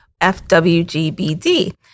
FWGBD